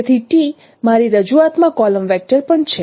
તેથી t મારી રજૂઆતમાં કોલમ વેક્ટર પણ છે